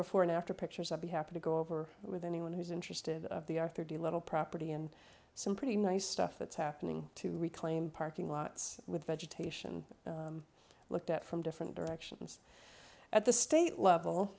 before and after pictures i'd be happy to go over with anyone who's interested the arthur d little property and some pretty nice stuff that's happening to reclaim parking lots with vegetation looked at from different directions at the state level